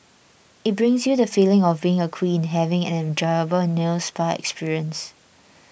it brings you the feeling of being a queen having an enjoyable nail spa experience